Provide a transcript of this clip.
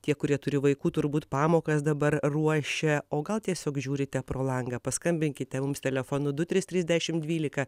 tie kurie turi vaikų turbūt pamokas dabar ruošia o gal tiesiog žiūrite pro langą paskambinkite mums telefonu du trys trys dešim dvylika